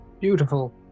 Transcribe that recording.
Beautiful